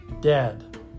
Dead